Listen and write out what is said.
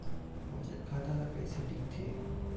बचत खाता ला कइसे दिखथे?